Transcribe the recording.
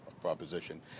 proposition